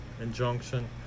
injunction